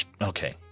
Okay